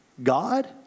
God